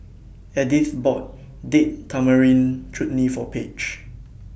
Edyth bought Date Tamarind Chutney For Page